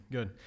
Good